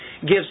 gives